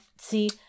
See